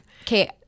Okay